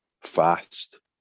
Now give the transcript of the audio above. fast